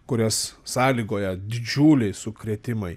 kurias sąlygoja didžiuliai sukrėtimai